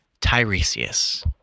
Tiresias